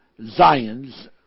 Zions